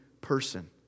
person